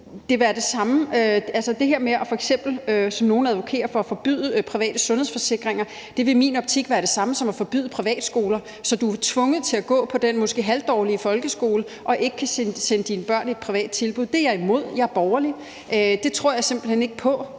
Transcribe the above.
som nogle advokerer for, at forbyde private sundhedsforsikringer være det samme som at forbyde privatskoler, så man er tvunget til at sende sine børn i den måske halvdårlige folkeskole og ikke kan sende dem i et privat tilbud. Det er jeg imod; jeg er borgerlig. Det tror jeg simpelt hen ikke på.